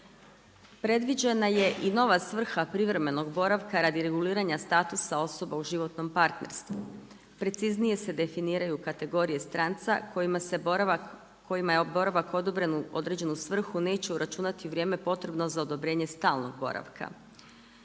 Predviđena je i nova svrha privremenog boravka radi reguliranja statusa osoba u životnom partnerstvu, preciznije se definiraju kategorije stranca kojima se boravak, kojima je boravak odobren u određenu svrhu neće uračunati u vrijeme potrebno za odobrenje stalnog boravka.